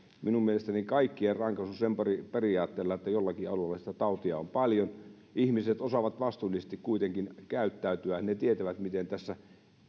minun mielestäni kaikkien rankaisu sillä periaatteella että jollakin alueella sitä tautia on paljon ihmiset osaavat vastuullisesti kuitenkin käyttäytyä he tietävät miten